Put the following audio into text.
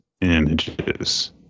images